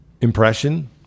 impression